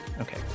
Okay